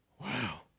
wow